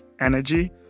energy